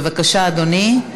בבקשה, אדוני,